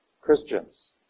Christians